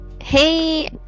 hey